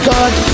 God